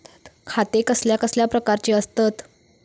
खाते कसल्या कसल्या प्रकारची असतत?